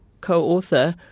co-author